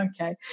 okay